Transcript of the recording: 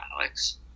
Alex